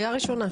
ראשונה.